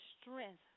strength